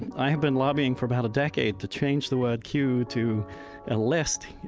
i have been lobbying for about a decade to change the word queue to a list,